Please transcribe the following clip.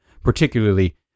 particularly